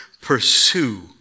pursue